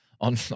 on